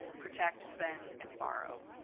protect, spend, and borrow.